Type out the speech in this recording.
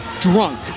drunk